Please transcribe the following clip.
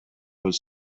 was